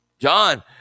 John